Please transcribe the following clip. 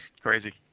crazy